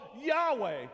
Yahweh